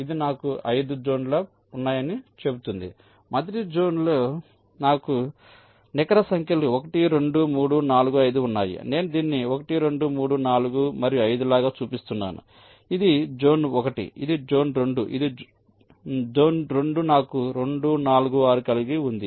ఇది నాకు 5 జోన్లు ఉన్నాయని చెబుతుంది మొదటి జోన్లో నాకు నికర సంఖ్యలు 1 2 3 4 5 ఉన్నాయి నేను దీన్ని 1 2 3 4 మరియు 5 లాగా చూపిస్తున్నాను ఇది జోన్ 1 ఇది జోన్ 2 జోన్ 2 నాకు 2 4 6 కలిగి ఉంది